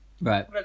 right